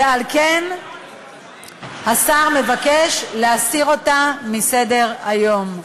ועל כן השר מבקש להסיר אותה מסדר-היום.